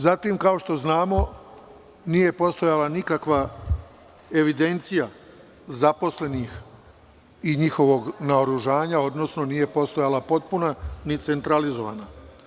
Zatim, kao što znamo, nije postojala nikakva evidencija zaposlenih i njihovog naoružanja, odnosno nije postojala potpuna, ni centralizovana.